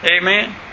Amen